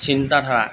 চিন্তাধাৰা